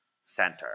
Center